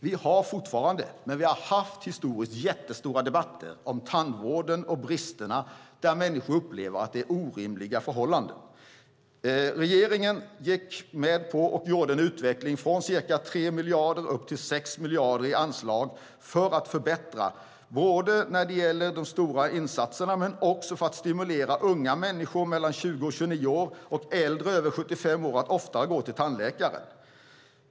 Vi har fortfarande, och vi har historiskt haft, jättestora debatter om tandvården och bristerna, där människor upplever att det är orimliga förhållanden. Regeringen har gått med på, och har gjort, en utveckling från ca 3 miljarder upp till 6 miljarder i anslag både när det gäller de stora insatserna och för att stimulera unga människor mellan 20 och 29 år och äldre över 75 år att oftare gå till tandläkaren.